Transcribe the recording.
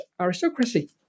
aristocracy